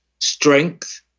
strength